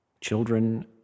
Children